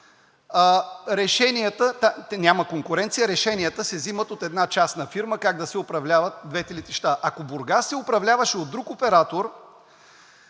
– те нямат конкуренция, решенията се вземат от една частна фирма как да се управляват двете летища. Ако Бургас се управляваше от друг оператор,